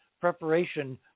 preparation